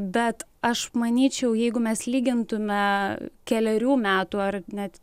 bet aš manyčiau jeigu mes lygintume kelerių metų ar net